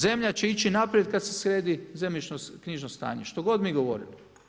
Zemlja će ići naprijed kada se sredi zemljišno-knjižno stanje što god mi govorili.